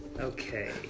Okay